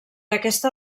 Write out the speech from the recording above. aquesta